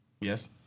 Yes